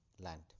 land